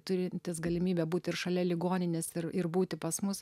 turintis galimybę būt ir šalia ligoninės ir ir būti pas mus